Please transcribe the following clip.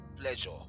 pleasure